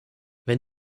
wenn